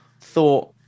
thought